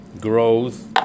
growth